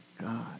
God